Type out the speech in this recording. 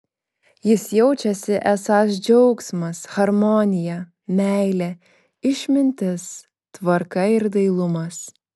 jis jaučiasi esąs džiaugsmas harmonija meilė išmintis tvarka ir dailumas